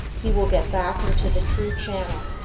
he will get back into the true channel,